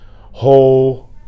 whole